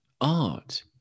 art